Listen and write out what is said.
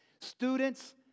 Students